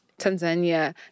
Tanzania